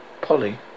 Polly